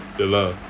ya lah